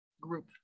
group